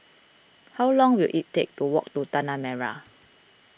how long will it take to walk to Tanah Merah